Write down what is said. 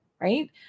right